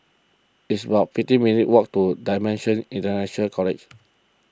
it's about fifteen minutes' walk to Dimensions International College